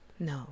no